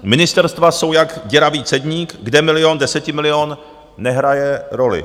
Ministerstva jsou jak děravý cedník, kde milion, desetimilion nehraje roli.